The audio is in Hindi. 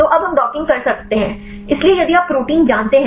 तो अब हम डॉकिंग कर सकते हैं इसलिए यदि आप प्रोटीन जानते हैं